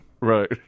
Right